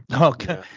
Okay